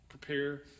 Prepare